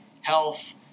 health